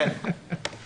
כן, אוריאל.